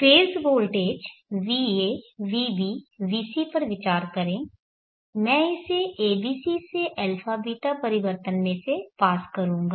phase voltage va vb vc पर विचार करें मैं इसे abc से αβ परिवर्तन में से पास करूंगा